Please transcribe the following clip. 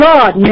God